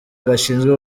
gashinzwe